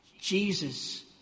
Jesus